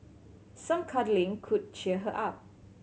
some cuddling could cheer her up